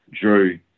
Drew